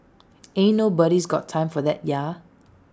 ain't nobody's got time for that ya